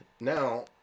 Now